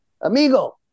amigo